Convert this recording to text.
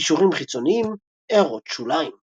קישורים חיצוניים == הערות שוליים ==